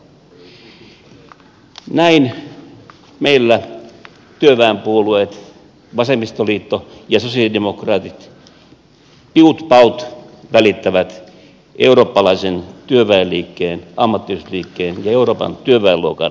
näin meillä työväenpuolueet vasemmistoliitto ja sosialidemokraatit piut paut välittävät eurooppalaisen työväenliikkeen ammattiyhdistysliikkeen ja euroopan työväenluokan näkemyksistä